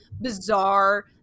bizarre